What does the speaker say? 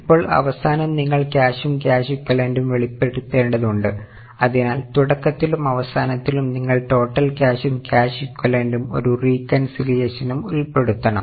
ഇപ്പോൾ അവസാനം നിങ്ങൾ ക്യാഷും ക്യാഷ് ഇക്വലൻറ്റും വെളിപ്പെടുത്തേണ്ടതുണ്ട് അതിനാൽ തുടക്കത്തിലും അവസാനത്തിലും നിങ്ങൾ ടോട്ടൽ ക്യാഷും ക്യാഷ് ഇക്വലൻറ്റും ഒരു റീകൻസിലിയേഷനും ഉൾപ്പെടുത്തണം